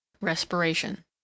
respiration